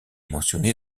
mentionné